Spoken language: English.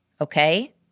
Okay